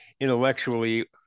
intellectually